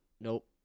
Nope